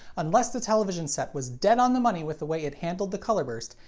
unless the television set was dead on the money with the way it handled the color burst,